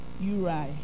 Uri